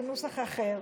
בנוסח אחר,